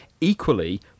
Equally